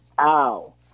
Ow